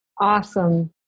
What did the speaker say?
awesome